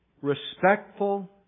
respectful